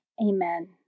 Amen